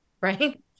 Right